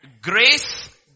grace